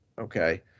Okay